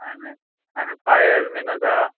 आनी आनी पायल बीन आसा